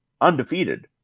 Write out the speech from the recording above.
undefeated